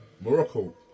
Morocco